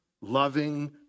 loving